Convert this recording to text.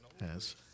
Yes